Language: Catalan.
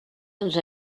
ens